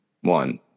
one